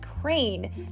crane